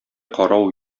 карау